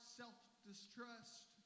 self-distrust